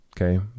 Okay